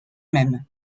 même